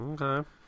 Okay